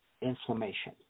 inflammation